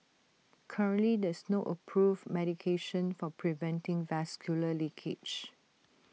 currently there is no approved medication for preventing vascular leakage